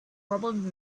problem